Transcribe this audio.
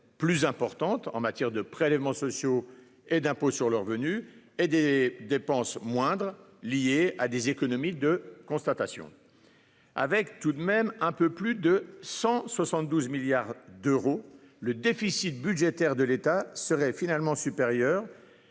plus importantes en matière de prélèvements sociaux et d'impôt sur le revenu et par des dépenses moindres liées à des économies de constatation. Avec un peu plus de 172 milliards d'euros, le déficit budgétaire de l'État serait finalement supérieur